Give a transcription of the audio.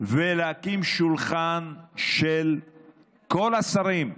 ולהקים שולחן של כל השרים.